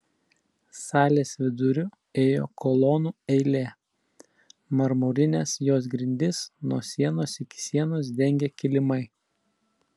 salės viduriu ėjo kolonų eilė marmurines jos grindis nuo sienos iki sienos dengė kilimai